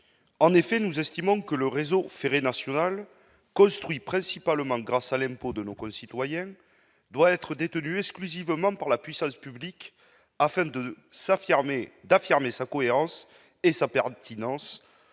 successives. Nous estimons que le réseau ferré national, construit principalement grâce à l'impôt de nos concitoyens, doit être exclusivement détenu par la puissance publique, afin d'affirmer non seulement sa cohérence et sa pertinence,